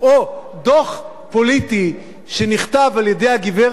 או דוח פוליטי שנכתב על-ידי הגברת ששון,